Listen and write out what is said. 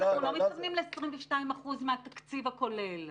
לא, אנחנו לא מתכוונים ל-22% מהתקציב הכולל.